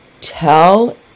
tell